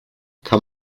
kann